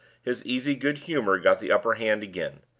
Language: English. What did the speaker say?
his easy goodhumor got the upper-hand again.